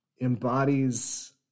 embodies